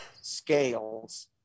scales